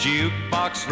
Jukebox